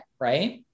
right